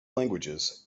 languages